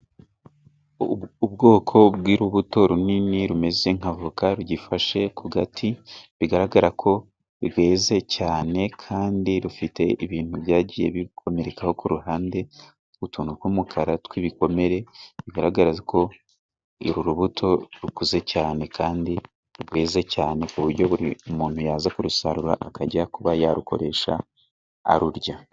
Ubwoko bw'urubuto runini rumeze nk'avoka rugifashe ku gati, bigaragara ko rweze cyane kandi rufite ibintu byagiye birukomerekaho ku ruhande, utuntu tw'umukara tw'ibikomere. Bigaragaza ko uru rubuto rukuze cyane kandi rweze cyane ku buryo buri muntu yaza kurusarura, akajya kuba yarukoresha arurya.